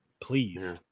Please